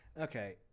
Okay